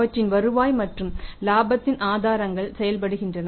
அவற்றின் வருவாய் மற்றும் லாபத்தின் ஆதாரங்கள் செயல்படுகின்றன